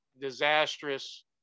disastrous